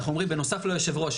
אנחנו אומרים: בנוסף ליושב-ראש,